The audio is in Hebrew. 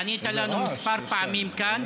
ענית לנו כמה פעמים כאן,